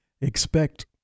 Expect